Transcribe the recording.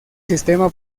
sistema